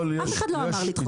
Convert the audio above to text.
אף אחד לא אמר לדחות בשנה.